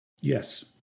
Yes